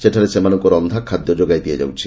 ସେଠାରେ ସେମାନଙ୍କୁ ରକ୍ଷାଖାଦ୍ୟ ଯୋଗାଇ ଦିଆଯାଉଛି